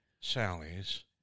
Sally's